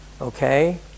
Okay